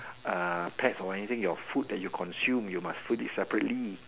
uh pets or anything your food that you consume you must put it separately